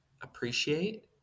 appreciate